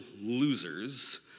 losers